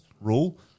rule